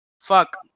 fuck